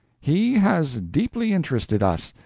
he has deeply interested us.